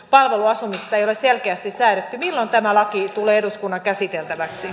palveluasumista ei ole selkeästi säädetty milloin tämä laki tulee eduskunnan käsiteltäväksi